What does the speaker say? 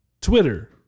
Twitter